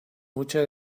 mucha